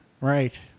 Right